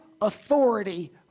authority